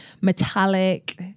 metallic